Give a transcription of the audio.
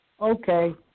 Okay